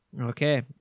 Okay